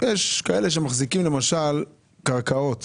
אנשים שמחזיקים קרקעות